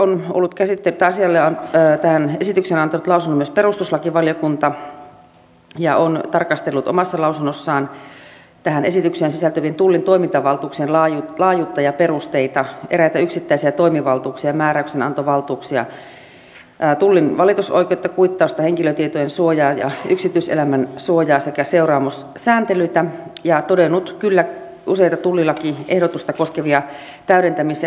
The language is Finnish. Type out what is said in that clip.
no sitten tähän esitykseen on antanut lausunnon myös perustuslakivaliokunta ja se on tarkastellut omassa lausunnossaan tähän esitykseen sisältyvien tullin toimintavaltuuksien laajuutta ja perusteita eräitä yksittäisiä toimivaltuuksia määräyksenantovaltuuksia tullin valitusoikeutta kuittausta henkilötietojen suojaa ja yksityiselämän suojaa sekä seuraamussääntelyitä ja todennut kyllä useita tullilakiehdotusta koskevia täydentämis ja täsmentämistarpeita